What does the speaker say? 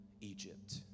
Egypt